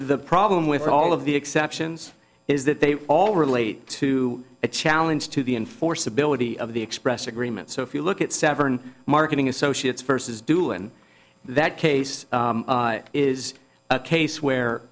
the problem with all of the exceptions is that they all relate to a challenge to the enforceability of the express agreement so if you look at severn marketing associates first is due in that case is a case where